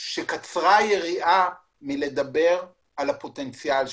שקצרה היריעה מלדבר על הפוטנציאל שלהם,